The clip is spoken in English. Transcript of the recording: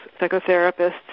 psychotherapists